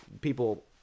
people